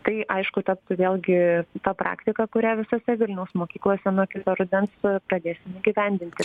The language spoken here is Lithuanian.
tai aišku taptų vėlgi ta praktika kurią visose vilniaus mokyklose nuo kito rudens pradėsim įgyvendinti